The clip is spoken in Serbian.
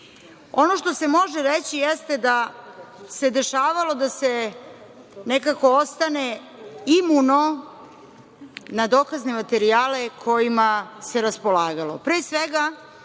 što se može reći jeste da se dešavalo da se nekako ostane imuno na dokazne materijale kojima se raspolagalo.